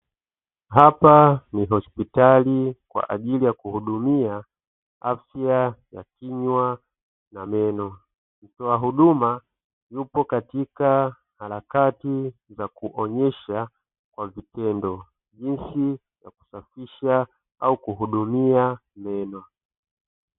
Hapa ni hospitali kwa ajili ya kuhudumia afya ya kinywa na meno, mtoa huduma yupo katika harakati za kuonyesha kwa vitendo jinsi ya kusafisha au kuhudumia meno.